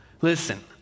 Listen